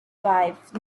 wife